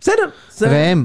בסדר? זה...